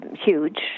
huge